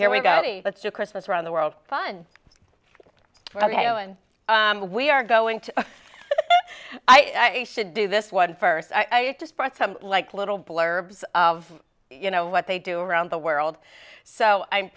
here we go but your christmas around the world fun and we are going to i should do this one first i just bought some like little blurbs of you know what they do around the world so i'm